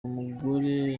umugore